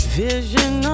vision